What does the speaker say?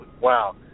Wow